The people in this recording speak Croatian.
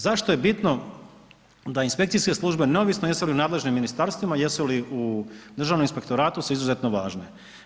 Zašto je bitno da inspekcijske službe neovisno jesu li nadležni ministarstvima, jesu li u Državnom inspektoratu su izuzetno važno.